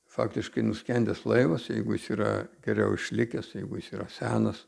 faktiškai nuskendęs laivas jeigu jis yra geriau išlikęs jeigu jis yra senas